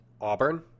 Auburn